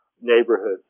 neighborhoods